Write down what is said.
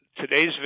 today's